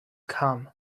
come